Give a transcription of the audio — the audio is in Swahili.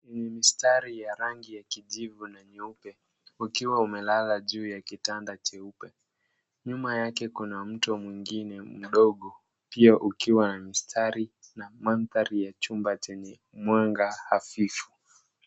Kwenye mistari ya rangi ya kijivu na nyeupe ukiwa amelala juu ya kitanda jeupe. Nyuma Yake kuna mtu mwingine mdogo pia ukio wa mstari na mandari ya chumba chenye mwanga hafifu.